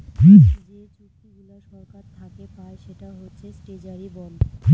যে চুক্তিগুলা সরকার থাকে পায় সেটা হচ্ছে ট্রেজারি বন্ড